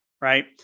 right